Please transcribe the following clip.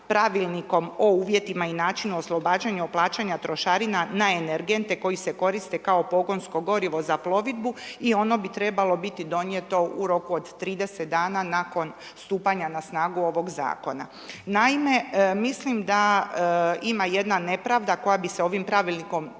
pravilnikom o uvjetima i načinom oslobađanja o plaćanju trošarina na energente koji se koriste kao pogonsko gorivo za plovidbu i ono bi trebalo biti donijeto u roku od 30 dana nakon stupanja na snagu ovog zakona. Naime, mislim da ima jedna nepravda koja bi se ovim pravilnikom